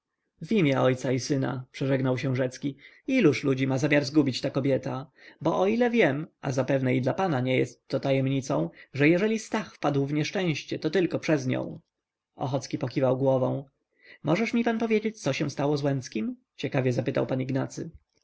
w imię ojca i syna przeżegnał się rzecki iluż ludzi ma zamiar zgubić ta kobieta bo o ile wiem a zapewne i dla pana nie jestto tajemnicą że jeżeli stach wpadł w nieszczęście to tylko przez nią ochocki pokiwał głową możesz mi pan powiedzieć co się stało z łęckim ciekawie zapytał pan ignacy